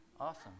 Awesome